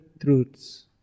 truths